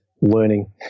learning